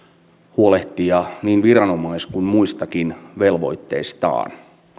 huolehtia niin viranomais kuin muistakin velvoitteistaan